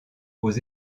aux